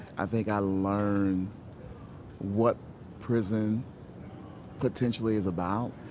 i think i learned what prison potentially is about.